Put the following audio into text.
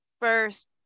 first